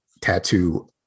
tattoo